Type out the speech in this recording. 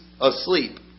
asleep